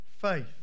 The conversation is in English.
faith